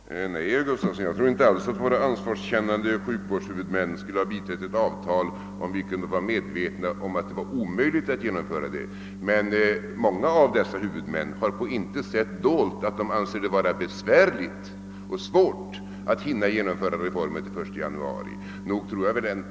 Herr talman! Nej, herr Gustavsson i Alvesta, jag tror inte alls att våra ansvarskännande <sjukvårdshuvudmän skulle ha biträtt ett avtal om de var medvetna om att det inte kunde genomföras. Men många av dessa huvudmän har på intet sätt dolt att de anser det svårt att hinna genomföra reformen till den 1 januari.